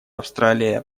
австралия